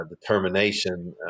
determination